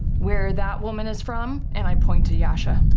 where that woman is from. and i point to yasha.